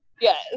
Yes